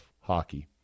hockey